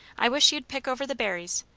i wish you'd pick over the berries.